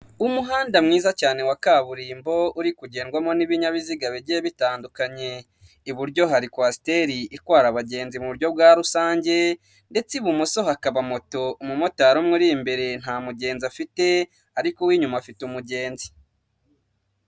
Umuhanda mwiza cyane wa kaburimbo uri kugendwamo n'ibinyabiziga bigiye bitandukanye, iburyo hari kwasiteri itwara abagenzi mu buryo bwa rusange ndetse ibumoso hakaba moto, umumotari umwe uri imbere nta mugenzi afite, ariko uw'inyuma afite umugenzi.